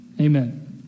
Amen